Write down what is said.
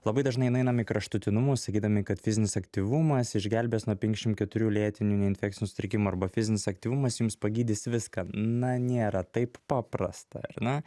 labai dažnai nueinam į kraštutinumus sakydami kad fizinis aktyvumas išgelbės nuo penkiasdešim keturių lėtinių infekcinių sutrikimų arba fizinis aktyvumas jums pagydys viską na nėra taip paprasta ar ne